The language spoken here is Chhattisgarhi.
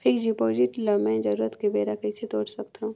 फिक्स्ड डिपॉजिट ल मैं जरूरत के बेरा कइसे तोड़ सकथव?